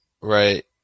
right